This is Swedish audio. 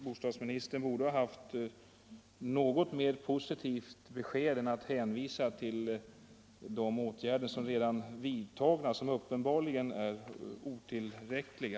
Bostadsministern borde ha haft något mer positiva besked att ge än att hänvisa till de åtgärder som redan är vidtagna, men som uppenbarligen är otillräckliga.